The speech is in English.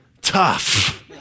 Tough